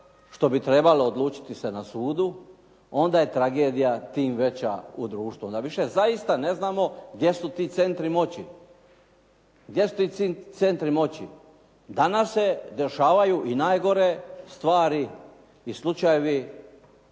što bi trebalo odlučiti se na sudu onda je tragedija tim veća u društvu. Onda više zaista ne znamo gdje su ti centri moći. Danas se dešavaju i najgore stvari i slučajevi,